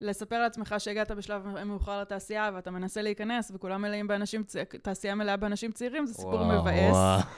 לספר לעצמך שהגעת בשלב המאוחר לתעשייה, ואתה מנסה להיכנס, וכולם מלאים באנשים צעירים, תעשייה מלאה באנשים צעירים זה סיפור מבאס.